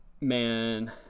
man